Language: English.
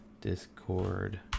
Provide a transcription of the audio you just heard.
Discord